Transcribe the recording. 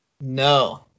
No